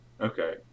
Okay